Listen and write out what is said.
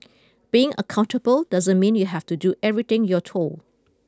being accountable doesn't mean you have to do everything you're told